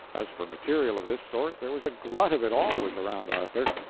as for material of this sort, there was a glut of it always around arthur.